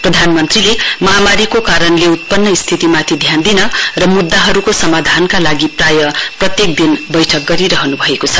प्रधानमन्त्रीले महामारीको कारणले उत्पन्न स्थितिमाथि ध्यान दिन र मुद्दाहरूको समाधानका लागि प्रायः प्रत्येक बैठक गरिरहनुभएको छ